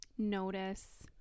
notice